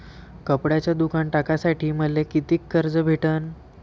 कपड्याचं दुकान टाकासाठी मले कितीक कर्ज भेटन?